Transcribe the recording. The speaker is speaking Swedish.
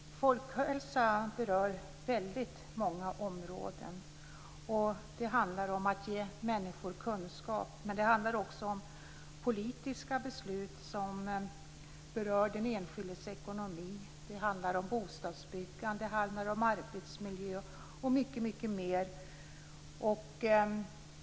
Folkhälsa berör väldigt många områden, och det handlar om att ge människor kunskap. Men det handlar också om politiska beslut som berör den enskildes ekonomi, bostadsbyggande, arbetsmiljö och mycket mer.